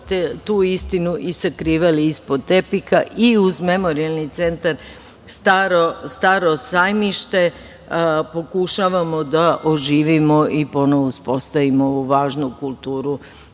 tu istinu i sakrivali je ispod tepiha, i uz Memorijalni centar „Staro sajmište“ pokušavamo da oživimo i ponovo uspostavimo ovu važnu kulturu